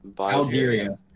Algeria